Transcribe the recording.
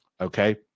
okay